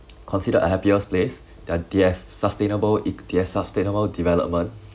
considered a happiest place that they have sustainable it they have sustainable development